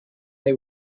they